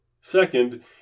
Second